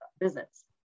visits